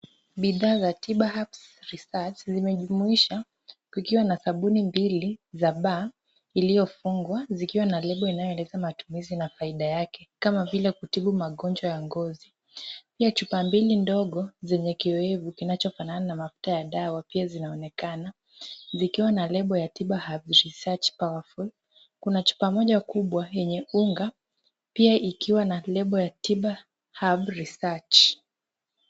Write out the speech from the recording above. Bidhaa za Tiba Herbs Research zimejumuisha kukiwa na sabuni mbili za baa iliyofungwa, zikiwa na lebo inayoeleza matumizi na faida yake, kama vile kutibu magonjwa ya ngozi. Pia chupa mbili ndogo zenye kioevu kinachofanana na mafuta ya dawa pia zinaonekana, zikiwa na lebo ya Tiba Herbs Research Powerful . Kuna chupa moja kubwa yenye unga, pia ikiwa na lebo ya Tiba Herbs Research .